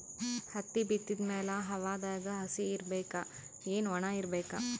ಹತ್ತಿ ಬಿತ್ತದ ಮ್ಯಾಲ ಹವಾದಾಗ ಹಸಿ ಇರಬೇಕಾ, ಏನ್ ಒಣಇರಬೇಕ?